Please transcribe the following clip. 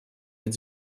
від